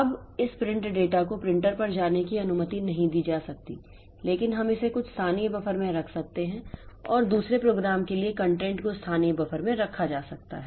अब इस print data को प्रिंटर पर जाने की अनुमति नहीं दी जा सकती है लेकिन हम इसे कुछ स्थानीय बफर में रख सकते हैं और दूसरे प्रोग्राम के लिए कंटेंट को स्थानीय बफर में रखा जा सकता है